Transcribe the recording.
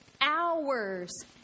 Hours